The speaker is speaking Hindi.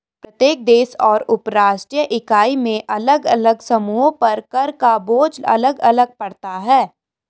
प्रत्येक देश और उपराष्ट्रीय इकाई में अलग अलग समूहों पर कर का बोझ अलग अलग पड़ता है